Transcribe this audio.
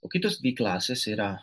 o kitos dvi klasės yra